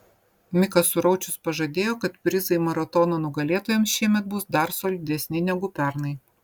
mikas suraučius pažadėjo kad prizai maratono nugalėtojams šiemet bus dar solidesni negu pernai